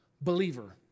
believer